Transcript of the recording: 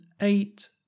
eight